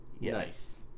Nice